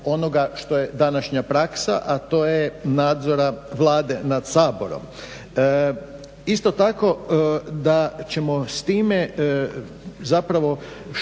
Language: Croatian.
onoga što je današnja praksa, a to je nadzora Vlade nad Saborom. Isto tako da ćemo s time zapravo